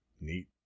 Neat